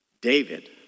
David